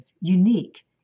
unique